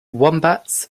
wombats